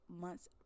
months